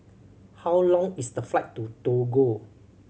how long is the flight to Togo